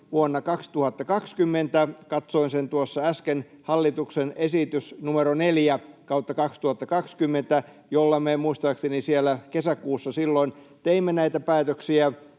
vuonna 2020 — katsoin sen tuossa äsken — hallituksen esitys numero 4/2020, jolla me muistaakseni silloin kesäkuussa teimme näitä päätöksiä,